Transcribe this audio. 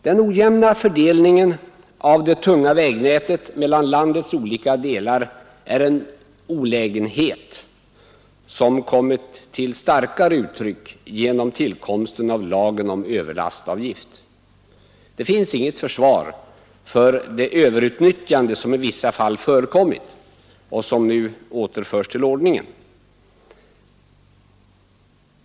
Den ojämna fördelningen av det tunga vägnätet mellan landets olika delar är en olägenhet som kommit till starkare uttryck genom tillkomsten av lagen om överlastavgift. Det finns inget försvar för det överutnyttjande som i vissa fall förekommit och som nu återförs till ordningen.